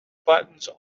buttons